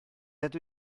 nad